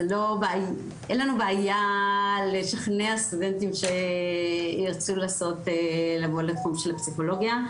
אין לנו בעיה לשכנע סטודנטים שירצו לבוא לתחום של פסיכולוגיה.